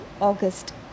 August